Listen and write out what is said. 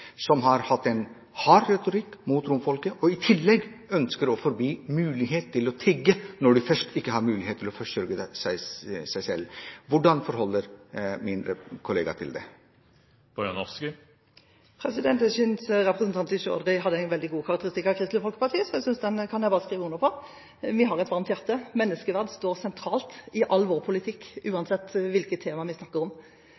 som har hatt en hard retorikk mot romfolket, og som ønsker å forby muligheten til å tigge, selv om man ikke har muligheten til å forsørge seg selv. Hvordan forholder min kollega seg til det? Jeg synes at representanten Chaudhry hadde en veldig god karakteristikk av Kristelig Folkeparti, så den kan jeg bare skrive under på. Vi har et varmt hjerte – menneskeverd står sentralt i all vår politikk, uansett hvilket tema vi snakker om.